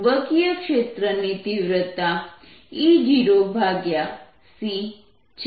ચુંબકીય ક્ષેત્રની તીવ્રતા E0C છે